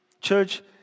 Church